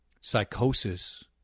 psychosis